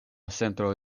centro